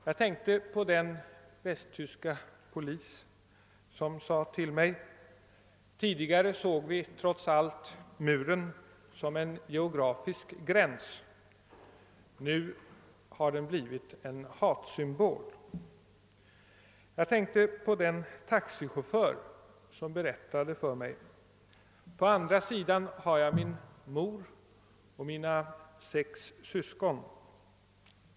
Jag tänkte på den västtyska polis, som sade till mig: »Tidigare såg vi trots allt muren som en geografisk gräns; nu har den blivit en hatsymbol.» Jag tänkte också på den taxichaufför, som berättade för mig. »På andra sidan har jag min mor och mina sex syskon.